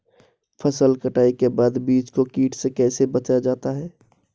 फसल कटाई के बाद बीज को कीट से कैसे बचाया जाता है?